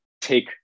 take